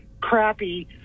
crappy